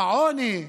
בעוני,